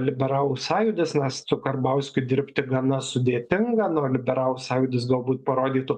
liberalų sąjūdis nes su karbauskiu dirbti gana sudėtinga na o liberalų sąjūdis galbūt parodytų